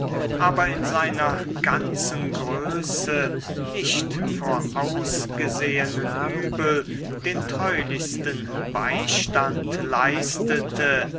aber in seiner ganzen größe nicht vorausgesehenen übel den treulichsten beistand leistete